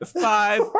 Five